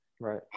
Right